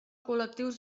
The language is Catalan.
col·lectius